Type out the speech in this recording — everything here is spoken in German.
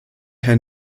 herr